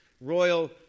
royal